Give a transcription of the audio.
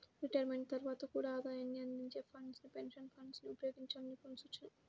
retirement తర్వాత కూడా ఆదాయాన్ని అందించే ఫండ్స్ గా పెన్షన్ ఫండ్స్ ని ఉపయోగించాలని నిపుణుల సూచన